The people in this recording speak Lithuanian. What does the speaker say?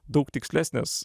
daug tikslesnės